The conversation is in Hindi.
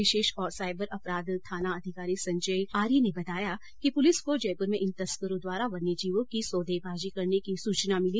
विशेष और साइबर अपराध थाना अधिकारी संजय आर्य र्ने बताया कि पुलिस को जयपुर में इन तस्करों द्वारा वन्यजीवों की सौदेबाजी करने की सूचना मिली थी